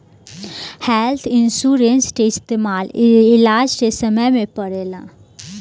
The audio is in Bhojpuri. हेल्थ इन्सुरेंस के इस्तमाल इलाज के समय में पड़ेला